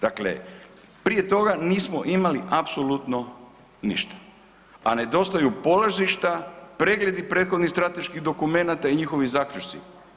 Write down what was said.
Dakle, prije toga nismo imali apsolutno ništa, a nedostaju polazišta, pregledi prethodnih strateških dokumenata i njihovi zaključci.